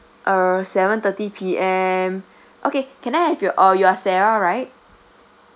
err seven thirty P_M okay can I have your uh you're sarah right